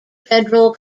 federal